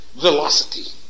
velocity